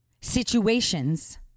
situations